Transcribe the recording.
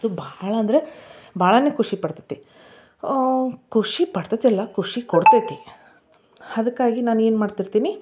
ಅದು ಬಹಳ ಅಂದರೆ ಬಹಳ ಖುಷಿ ಪಡ್ತೈತಿ ಖುಷಿ ಪಡ್ತೈತಿಲ್ಲ ಖುಷಿ ಕೊಡ್ತೈತಿ ಅದ್ಕಾಗಿ ನಾನೇನು ಮಾಡ್ತಿರ್ತೀನಿ